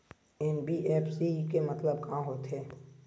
NBFC के मतलब का होथे?